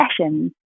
sessions